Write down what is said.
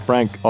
Frank